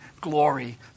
glory